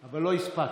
אבל לא הספקת.